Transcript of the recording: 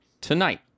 tonight